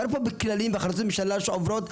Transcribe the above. מדובר פה בכללים ובהחלטות ממשלה שעוברות,